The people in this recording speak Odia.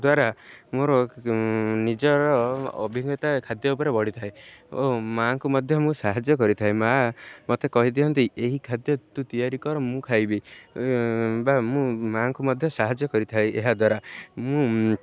ଦ୍ୱାରା ମୋର ନିଜର ଅଭିଜ୍ଞତା ଖାଦ୍ୟ ଉପରେ ବଢ଼ିଥାଏ ଓ ମାଙ୍କୁ ମଧ୍ୟ ମୁଁ ସାହାଯ୍ୟ କରିଥାଏ ମା ମୋତେ କହିଦିଅନ୍ତି ଏହି ଖାଦ୍ୟ ତୁ ତିଆରି କର ମୁଁ ଖାଇବି ବା ମୁଁ ମା'ଙ୍କୁ ମଧ୍ୟ ସାହାଯ୍ୟ କରିଥାଏ ଏହାଦ୍ୱାରା ମୁଁ